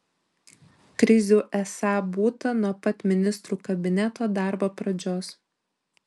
krizių esą būta nuo pat ministrų kabineto darbo pradžios